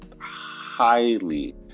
highly